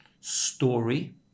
story